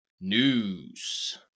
news